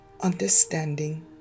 understanding